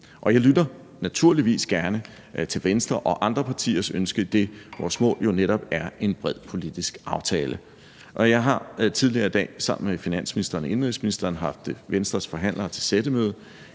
Og jeg lytter naturligvis gerne til Venstre og andre partiers ønske, idet vores mål jo netop er en bred politisk aftale. Jeg har tidligere i dag sammen med finansministeren og indenrigsministeren haft Venstres forhandlere til sættemøde.